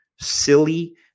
silly